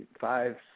five